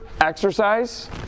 exercise